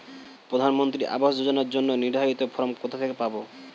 প্রধানমন্ত্রী আবাস যোজনার জন্য নির্ধারিত ফরম কোথা থেকে পাব?